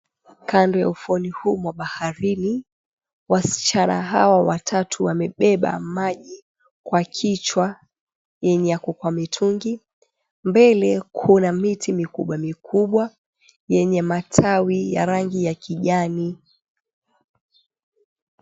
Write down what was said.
Kando ya ufuoni huu mwa baharini, wasichana hawa watatu wamebeba maji kwa kichwa yenye yako kwa mitungi. Mbele kuna miti mikubwa mikubwa yenye matawi ya rangi ya kijani.